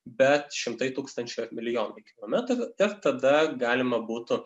bet šimtai tūkstančių ar milijonų kilometrų tik tada galima būtų